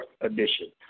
edition